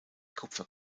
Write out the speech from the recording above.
kupfer